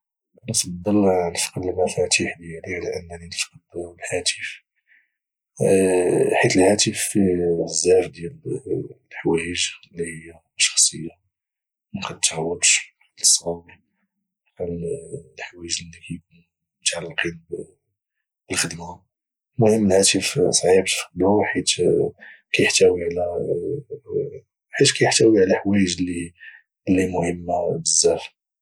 كنفضل نفقد المفاتيح ديالي على انني نفقد الهاتف حيث الهاتف فيه بزاف ديال الحوايج اللي هي شخصيه وما كاتعوضش بحال التصاور بحال الحوايج اللي كيكونو متعلقين بالخدمة المهم الهاتف صعيب تفقدو حيت كيحتوي على حوايج اللي مهمة بزاف